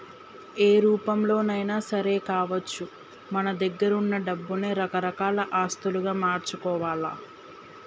ఏ రూపంలోనైనా సరే కావచ్చు మన దగ్గరున్న డబ్బుల్ని రకరకాల ఆస్తులుగా మార్చుకోవాల్ల